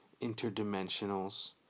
interdimensionals